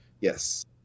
Yes